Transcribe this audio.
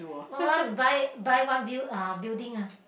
want to buy buy one build uh building ah